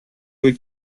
would